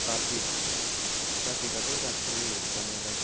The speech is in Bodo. ट्राफिक ट्राफिकाथ' जाखायो जानायालाय